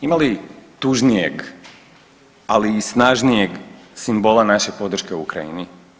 Ima li tužnijeg, ali i snažnijeg simbola naše podrške Ukrajini?